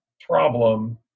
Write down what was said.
problem